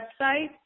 website